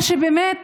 מה שבאמת